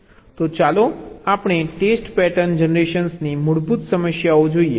તો ચાલો આપણે ટેસ્ટ પેટર્ન જનરેશનની મૂળભૂત સમસ્યા જોઈએ